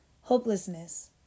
Hopelessness